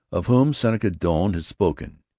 of whom seneca doane had spoken.